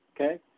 okay